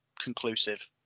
conclusive